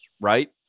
right